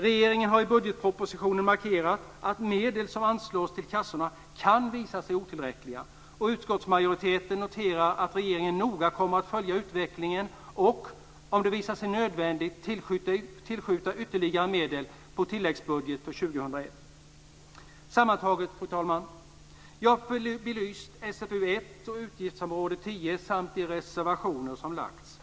Regeringen har i budgetpropositionen markerat att medel som anslås till kassorna kan visa sig otillräckliga. Utskottsmajoriteten noterar att regeringen noga kommer att följa utvecklingen och, om det visar sig nödvändigt, tillskjuta ytterligare medel på tilläggsbudget för år 2001. Sammantaget, fru talman: Jag har belyst SfU1 och utgiftsområde 10 samt de reservationer som lagts fram.